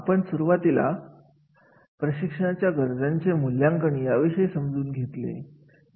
आपण सुरुवातीला प्रशिक्षणाच्या गरजांचे मूल्यांकन याविषयी समजून घेतले